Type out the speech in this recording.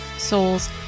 souls